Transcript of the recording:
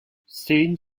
seine